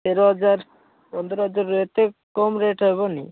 ତେର ହଜାର ପନ୍ଦର ହଜାର ରେଟ୍ କମ୍ ରେଟ୍ ହେବନି